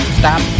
stop